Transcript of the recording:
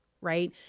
Right